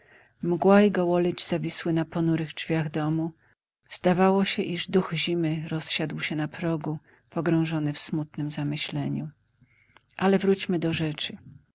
mgła i gołoledź zawisły na ponurych drzwiach domu zdawało się iż duch zimy rozsiadł się na progu pogrążony w smutnem zamyśleniu ale wróćmy do rzeczy